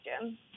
Jim